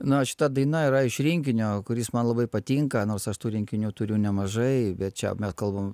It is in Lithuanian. na šita daina yra iš rinkinio kuris man labai patinka nors aš tų rinkinių turiu nemažai bet čia mes kalbam